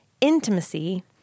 intimacy